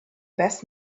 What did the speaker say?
best